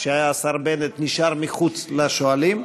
כשהיה השר בנט, נשאר מחוץ לשואלים.